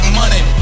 money